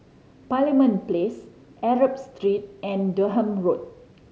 Parliament Place Arab Street and Durham Road